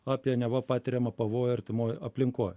apie neva patiriamą pavojų artimoj aplinkoj